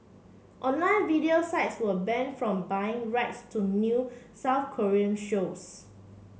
online video sites were banned from buying rights to new South Korean shows